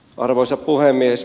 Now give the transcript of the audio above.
arvoisa puhemies